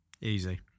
Easy